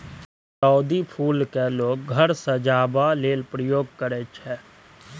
गुलदाउदी फुल केँ लोक घर सजेबा लेल प्रयोग करय छै